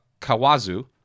Kawazu